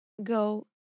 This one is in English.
go